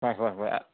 ꯍꯣꯏ ꯍꯣꯏ ꯍꯣꯏ